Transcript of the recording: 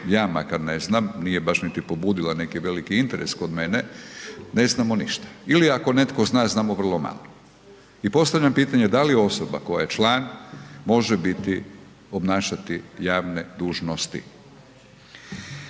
ja makar ne znam, nije baš niti pobudila neki veliki interes kod mene, ne znamo ništa. Ili ako netko zna, znamo vrlo malo. I postavljam pitanje, da li osoba koja je član, može biti, obnašati javne dužnosti?